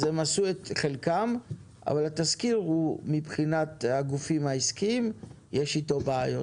הם עשו את חלקם אבל מבחינת הגופים העסקיים יש בעיות עם התזכיר.